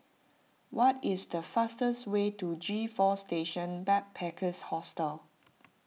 what is the fastest way to G four Station Backpackers Hostel